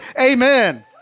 amen